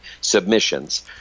submissions